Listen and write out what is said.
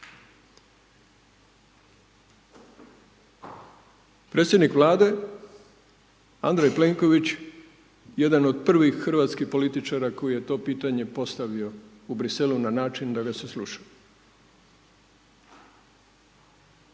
Predsjednik Vlade, Andrej Plenković, jedan od prvih hrvatskih političara koji je to pitanje postavio u Bruxellesu na način da ga se slušalo.